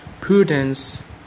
Prudence